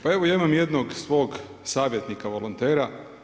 Pa evo ja imam jednog svog savjetnika, volontera.